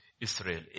Israel